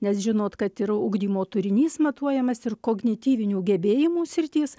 nes žinot kad ir ugdymo turinys matuojamas ir kognityvinių gebėjimų sritys